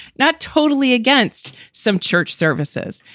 not totally against some church services.